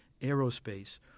aerospace